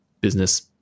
business